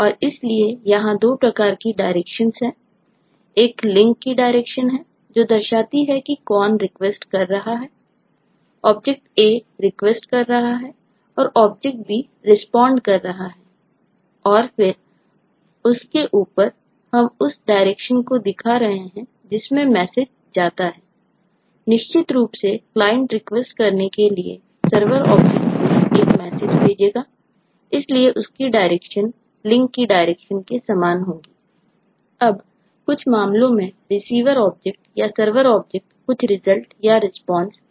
और इसलिए यहां दो प्रकार की डायरेक्शंस है एक लिंक इसको वापस भेजेगा